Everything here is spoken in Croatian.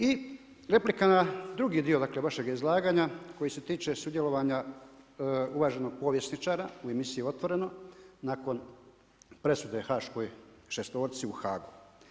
I replika na drugi dio vašeg izlaganja koji se tiče sudjelovanja uvaženog povjesničara u emisiji Otvoreno nakon presude Haškoj šestorci u Haagu.